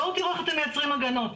בואו תראו איך אתם מייצרים הגנות.